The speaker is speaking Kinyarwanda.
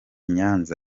nyanza